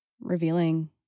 revealing